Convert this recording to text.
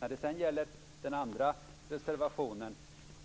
När det sedan gäller den andra reservationen